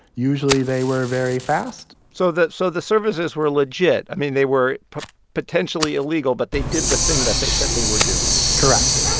usually, they were very fast so so the services were legit. i mean, they were potentially illegal, but they did the thing that they said they were doing correct.